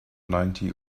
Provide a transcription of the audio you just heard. ninety